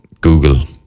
Google